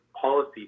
policy